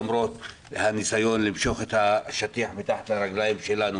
למרות הניסיון למשוך את השטיח מתחת לרגליים שלנו